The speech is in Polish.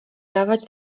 dawać